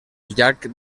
llarg